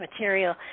material